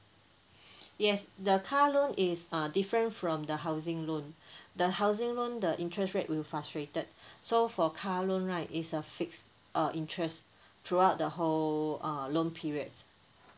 yes the car loan is uh different from the housing loan the housing loan the interest rate will fluctuated so for car loan right it's a fixed uh interest throughout the whole uh loan period